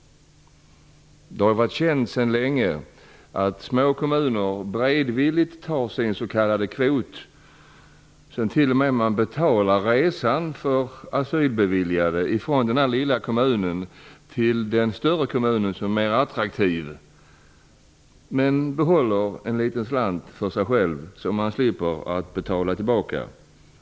Det har varit känt sedan länge att små kommuner beredvilligt tar sin s.k. kvot. Sedan betalar man t.o.m. resan för de asylbeviljade ifrån den lilla kommunen till en större kommun, som är mer attraktiv. Men man behåller en liten slant för sig själv, som man slipper betala tillbaka.